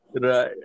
Right